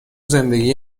زندگی